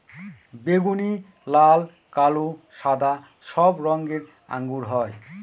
বেগুনি, লাল, কালো, সাদা সব রঙের আঙ্গুর হয়